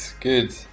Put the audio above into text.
good